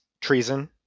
treason